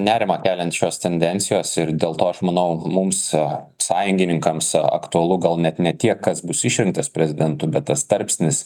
nerimą keliančios tendencijos ir dėl to aš manau mums sąjungininkams aktualu gal net ne tiek kas bus išrinktas prezidentu bet tas tarpsnis